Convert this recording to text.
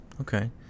Okay